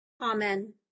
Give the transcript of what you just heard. Amen